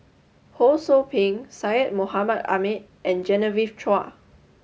Ho Sou Ping Syed Mohamed Ahmed and Genevieve Chua